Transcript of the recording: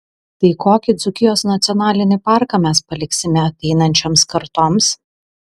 tai kokį dzūkijos nacionalinį parką mes paliksime ateinančioms kartoms